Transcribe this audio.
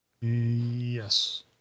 Yes